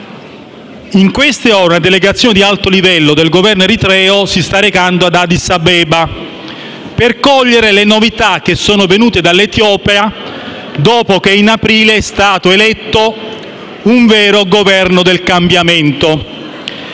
Paesi: una delegazione di alto livello del Governo eritreo si sta recando ad Addis Abeba per cogliere le novità che sono venute dall'Etiopia dopo che, in aprile, è stato eletto un vero Governo del cambiamento.